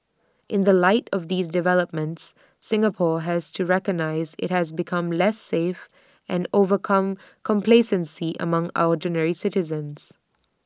in the light of these developments Singapore has to recognise IT has become less safe and overcome complacency among ordinary citizens